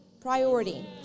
Priority